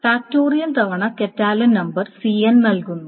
factorial തവണ Catalan number Cn നൽകുന്നു